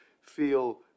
feel